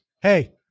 Hey